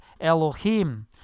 Elohim